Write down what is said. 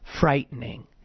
frightening